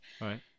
Right